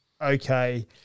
okay